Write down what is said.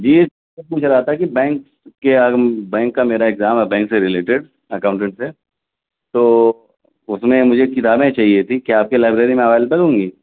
جی پوچھ رہا تھا کہ بینک کے بینک کا میرا اگزام ہے بینک سے ریلیٹیڈ اکاؤنٹینٹ سے تو اس میں مجھے کتابیں چاہیے تھی کیا آپ کی لائبریری میں اویلیبل ہوں گی